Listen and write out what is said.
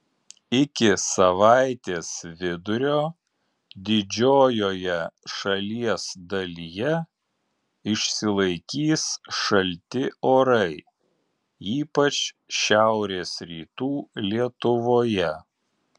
iki savaitės vidurio didžiojoje šalies dalyje išsilaikys šalti orai ypač šiaurės rytų lietuvoje